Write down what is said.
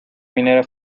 minera